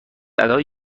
ادای